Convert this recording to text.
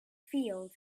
field